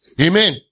Amen